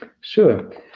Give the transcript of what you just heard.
Sure